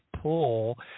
pull